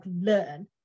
learn